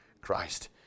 Christ